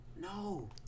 No